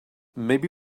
maybe